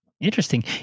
Interesting